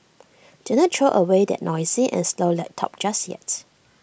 do not throw away that noisy and slow laptop just yet